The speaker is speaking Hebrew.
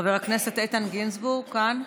חבר הכנסת איתן גינזבורג כאן?